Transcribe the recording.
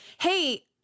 Hey